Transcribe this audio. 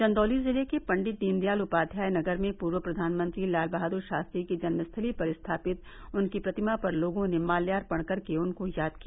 चन्दौली जिले के पण्डित दीन दयाल उपाध्याय नगर में पूर्व प्रधानमंत्री लाल बहादुर शास्त्री की जन्म स्थली पर स्थापित उनकी प्रतिमा पर लोगों ने माल्यार्पण कर के उनकों याद किया